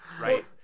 right